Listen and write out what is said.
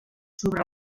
sobre